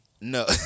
No